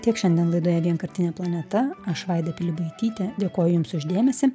tiek šiandien laidoje vienkartinė planeta aš vaida pilibaitytė dėkoju jums už dėmesį